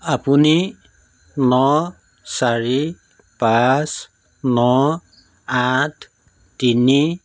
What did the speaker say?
আপুনি ন চাৰি পাঁচ ন আঠ তিনি